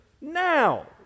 now